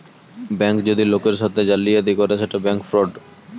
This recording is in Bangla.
ব্যাঙ্ক যদি লোকের সাথে জালিয়াতি করে সেটা ব্যাঙ্ক ফ্রড